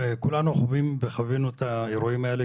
כולנו חווים וחווינו את האירועים האלה,